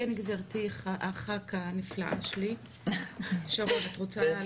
כן, גברתי הח"כית הנפלאה שלי, שרון את רוצה להגיד.